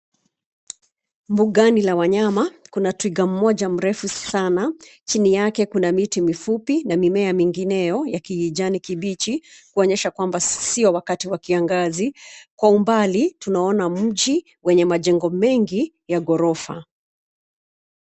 Mbugani la wanyama kuna twiga moja mrefu sana ,chini yake kuna miti mifupi na mimea mingineo ya kijani kibichi kuonyesha kwamba sio wakati wa kiangazi. Kwa umbali tunaona mji wenye majengo mengi ya ghorofa.